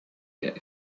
get